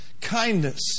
Kindness